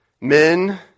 men